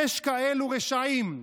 יש כאלו רשעים,